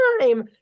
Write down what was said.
time